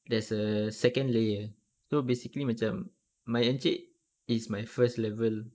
there's a second layer so basically macam my encik is my first level